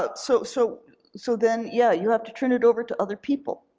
ah so so so then, yeah, you have to turn it over to other people,